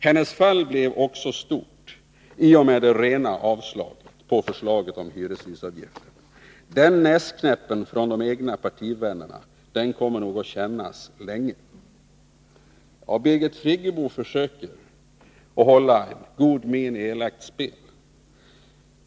Hennes fall blev också stort i och med det rena avstyrkandet av förslaget om hyreshusavgiften. Den näsknäppen från de egna partivännerna kommer nog att kännas länge. Birgit Friggebo försöker hålla god min i elakt spel.